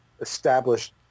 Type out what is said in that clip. established